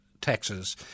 taxes